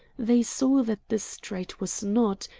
they saw that the street was not,